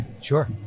Sure